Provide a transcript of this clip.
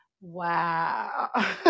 Wow